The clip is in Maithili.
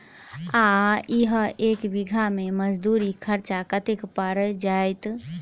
आ इहा एक बीघा मे मजदूरी खर्च कतेक पएर जेतय?